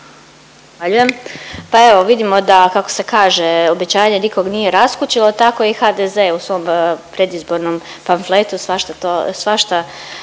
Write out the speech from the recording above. Pa evo vidimo kako se kaže, obećanje nikog nije raskućilo, tako i HDZ u svom predizbornom pamfletu svašta napisao